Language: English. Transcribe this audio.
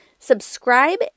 subscribe